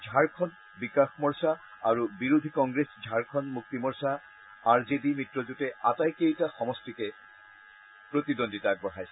ঝাৰখণ্ড বিকাশ মৰ্চা আৰু বিৰোধী কংগ্ৰেছ ঝাৰখণ্ড মুক্তিমৰ্চা আৰজেডি মিত্ৰজোঁটে আটাইকেইটা সমষ্টিকে প্ৰতিদ্বন্দ্বিতা আগবঢ়াইছে